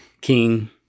king